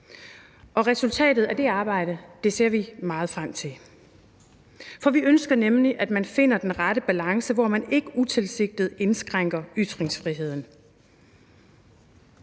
og resultatet af det arbejde ser vi meget frem til. For vi ønsker nemlig, at man finder den rette balance, hvor man ikke utilsigtet indskrænker ytringsfriheden.